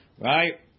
Right